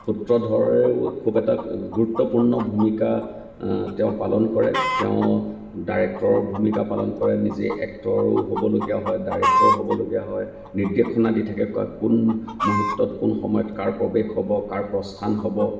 সূত্ৰধৰে খুব এটা গুৰুত্বপূৰ্ণ ভূমিকা তেওঁ পালন কৰে তেওঁ ডাইৰেক্টৰৰ ভূমিকা পালন কৰে নিজেই এক্টৰো হ'বলগীয়া হয় ডাইৰেক্টৰো হ'বলগীয়া হয় নিৰ্দেশনা দি থাকে কোন মুহূৰ্তত কোন সময়ত কাৰ প্ৰৱেশ হ'ব কাৰ প্ৰস্থান হ'ব